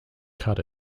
cut